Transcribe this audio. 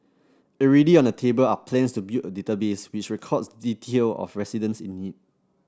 already on the table are plans to build a database which records detail of residents in need